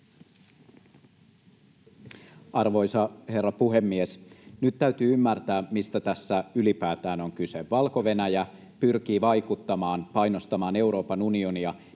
Arvoisa herra puhemies! Nyt täytyy ymmärtää, mistä tässä ylipäätään on kyse. Valko-Venäjä pyrkii vaikuttamaan, painostamaan Euroopan unionia